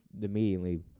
immediately